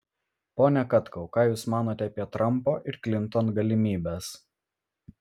pone katkau ką jūs manote apie trumpo ir klinton galimybes